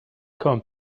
come